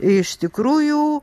iš tikrųjų